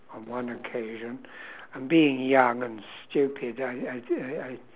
on one occasion and being young and stupid I I I I